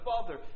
father